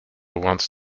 wants